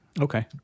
Okay